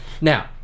Now